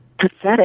pathetic